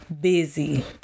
busy